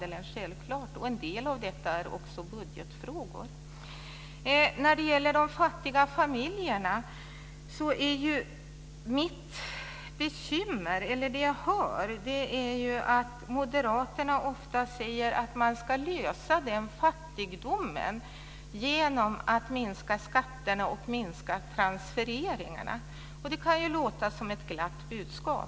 En del av detta är också budgetfrågor. När det gäller de fattiga familjerna så hör jag att Moderaterna ofta säger att man ska lösa problemet med fattigdomen genom att minska skatterna och minska transfereringarna. Det kan ju låta som ett glatt budskap.